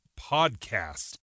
podcast